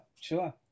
sure